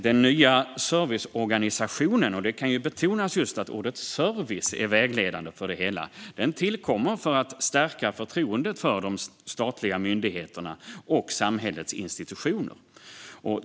Den nya serviceorganisationen - det kan betonas just att ordet service är vägledande för det hela - tillkommer för att stärka förtroendet för de statliga myndigheterna och samhällets institutioner.